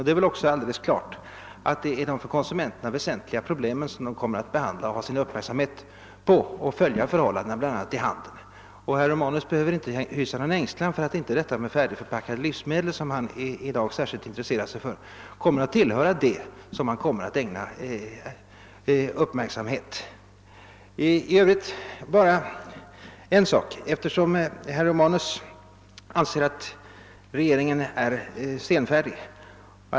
Naturligtvis kommer en mycket effektiviserad administration att ägna uppmärksamhet åt de för konsumenterna väsentliga problemen och följa förhållandena bl.a. i handeln. Herr Romanus behöver inte hysa någon ängslan för att man inte skall ägna uppmärksamhet åt problemet med färdigförpackade livsmedel, som han i dag särskilt intresserar sig för. I övrigt vill jag bara tillägga en sak. Herr Romanus anser att regeringen är senfärdig.